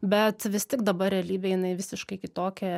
bet vis tik dabar realybė jinai visiškai kitokia